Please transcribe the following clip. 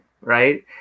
right